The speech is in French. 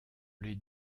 les